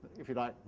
if you like,